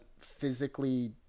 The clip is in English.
physically